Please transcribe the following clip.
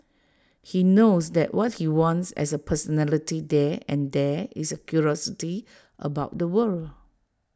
he knows that what he wants as A personality there and there is A curiosity about the world